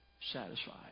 satisfied